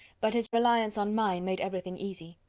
but his reliance on mine made every thing easy.